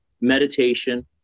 meditation